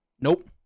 nope